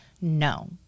no